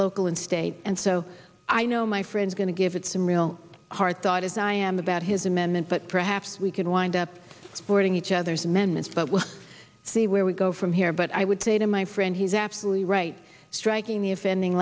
local and state and so i know my friends are going to give it some real hard thought as i am about his amendment but perhaps we could wind up boarding each other's amendments but we'll see where we go from here but i would say to my friend he's absolutely right striking the offending